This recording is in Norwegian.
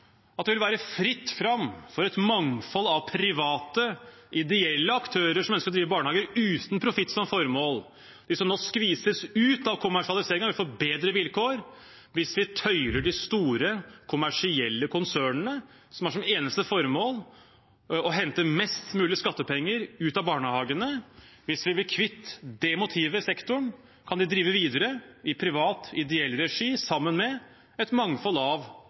at det vil være fritt fram for et mangfold av private ideelle aktører som ønsker å drive barnehage uten profitt som formål. De som nå skvises ut av kommersialiseringen, vil få bedre vilkår hvis vi tøyler de store kommersielle konsernene, som har som eneste formål å hente mest mulig skattepenger ut av barnehagene. Hvis vi blir kvitt det motivet i sektoren, kan de drive videre i privat ideell regi sammen med et mangfold av